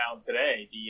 today